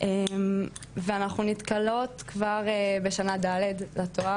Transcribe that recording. ואנחנו נתקלות כבר בשנה ד' לתואר,